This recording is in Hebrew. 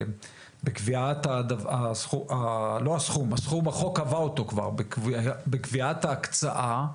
את הסכום החוק קבע אותו, אבל בקביעת ההקצאה,